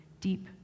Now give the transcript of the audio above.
deep